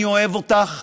אני אוהב אותך.